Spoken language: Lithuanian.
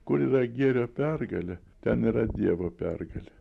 kur yra gėrio pergalė ten yra dievo pergalė